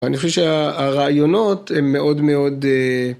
ואני חושב שה-הרעיונות, הם מאוד מאוד אה...